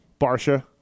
Barsha